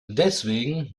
deswegen